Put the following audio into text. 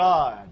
God